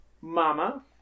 Mama